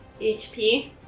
HP